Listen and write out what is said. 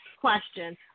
question